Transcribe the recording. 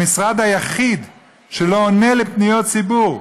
המשרד היחיד שלא עונה על פניות ציבור,